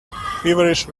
feverish